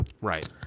right